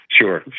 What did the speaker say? Sure